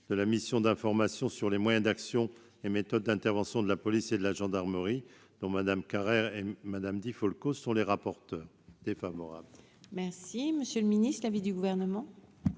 de la mission d'information sur les moyens d'action et méthodes d'intervention de la police et de la gendarmerie dont Madame Carrère Madame Di Folco, ce sont les rapporteurs défavorables. Merci, monsieur le Ministre, de l'avis du gouvernement.